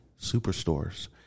Superstores